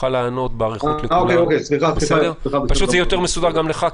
תוכל לענות באריכות לכולן וכך זה יהיה יותר מסודר גם לך,